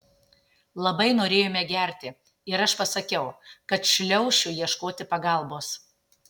labai norėjome gerti ir aš pasakiau kad šliaušiu ieškoti pagalbos